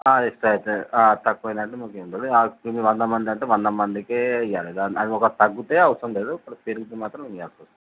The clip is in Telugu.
ఎక్స్ట్రా అయితే తక్కువైతే మీరు వంద మందంటే వంద మందికే ఇవ్వాలి కానీ ఒకటి తగ్గితే అవసరం లేదు ఒకవేళ పెరిగితే మాత్రం ఇవ్వాల్సొస్తుంది